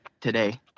today